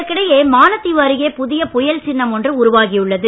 இதற்கிடையே மாலத்தீவு அருகே புதிய புயல் சின்னம் ஒன்று உருவாகியுள்ளது